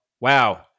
wow